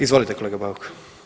Izvolite kolega Bauk.